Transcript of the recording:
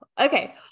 okay